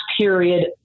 period